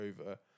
over